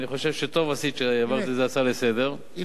אני חושב שטוב עשית שהעברת את זה להצעה לסדר-היום.